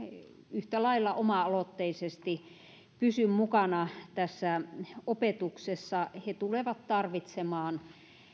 yhtä lailla oma aloitteisesti pysy mukana tässä opetuksessa he tulevat tarvitsemaan